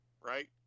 right